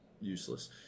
useless